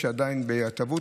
שהוא עדיין בהתהוות,